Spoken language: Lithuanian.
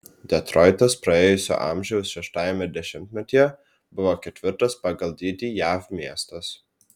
detroitas praėjusio amžiaus šeštajame dešimtmetyje buvo ketvirtas pagal dydį jav miestas